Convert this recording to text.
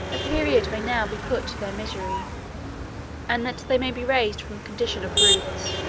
a period may now be put to their misery and that they may be raised from the condition of brutes,